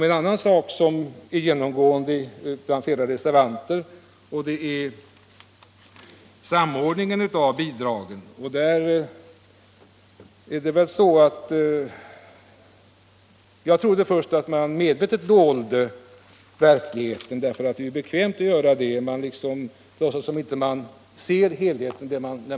En annan sak som är genomgående i flera reservationer är samordningen av bidragen. Jag trodde först att man medvetet dolde verkligheten, därför att det är bekvämt att göra det och låtsas att man inte ser helheten.